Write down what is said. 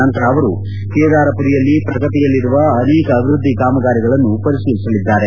ನಂತರ ಅವರು ಕೇದಾರಪುರಿಯಲ್ಲಿ ಪ್ರಗತಿಯಲ್ಲಿರುವ ಅನೇಕ ಅಭಿವೃದ್ದಿ ಕಾಮಗಾರಿಗಳನ್ನು ಪರಿತೀಲಿಸಲಿದ್ದಾರೆ